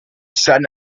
sun